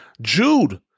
Jude